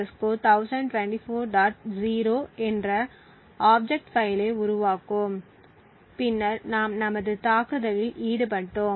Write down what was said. o என்ற object பைலை உருவாக்கும் பின்னர் நாம் நமது தாக்குதலில் ஈடுபட்டோம்